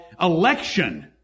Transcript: election